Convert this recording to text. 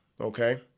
Okay